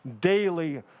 daily